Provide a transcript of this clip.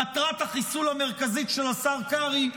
מטרת החיסול המרכזית של השר קרעי,